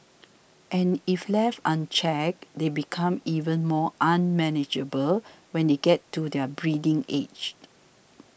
and if left unchecked they become even more unmanageable when they get to their breeding aged